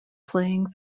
playing